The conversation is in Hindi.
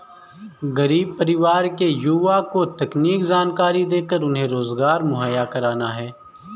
गरीब परिवार के युवा को तकनीकी जानकरी देकर उन्हें रोजगार मुहैया कराना है